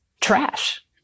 trash